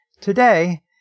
Today